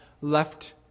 left